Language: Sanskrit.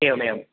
एवमेवम्